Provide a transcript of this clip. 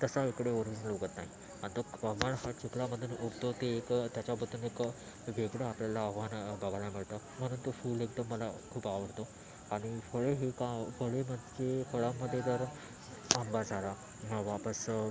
तसा इकडे ओरिजनल उगवत नाही आणि तो कमळ हा चिखलामधून उगवतो ते एक त्याच्याबद्दल एक वेगळं आपल्याला आव्हान बघायला मिळतं म्हणून तो फुल एकदम मला खूप आवडतो आणि फळेही का फळे म्हणजे फळांमध्ये तर आंबा झाला पुन्हा वापस